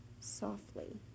softly